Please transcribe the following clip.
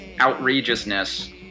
outrageousness